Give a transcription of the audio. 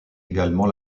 également